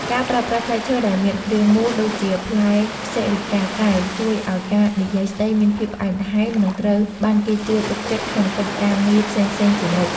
ការប្រើប្រាស់ផ្លែឈើដែលមានរាងមូលដូចជាផ្លែសិរិកាកែវជួយឱ្យការនិយាយស្ដីមានភាពផ្អែមល្ហែម និង ត្រូវបានគេជឿទុកចិត្តក្នុងកិច្ចការងារផ្សេងៗជានិច្ច។